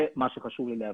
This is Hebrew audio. זה מה שחשוב לי להבהיר.